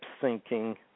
sinking